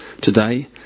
today